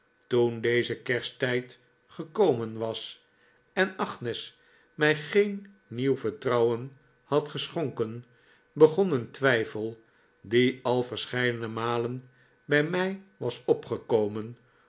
toen deze kersttijd gekomen was en agnes mij geen nieuw vertrouwen had geschonken begon een twijfel die al verscheidene malen bij mij was opgekomen